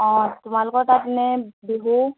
অঁ তোমালোকৰ তাত এনেই বিহু